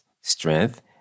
strength